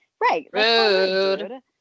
Right